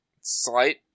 slight